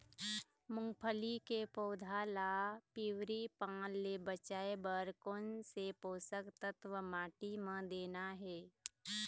मुंगफली के पौधा ला पिवरी पान ले बचाए बर कोन से पोषक तत्व माटी म देना हे?